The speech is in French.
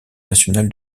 national